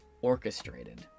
orchestrated